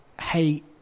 hey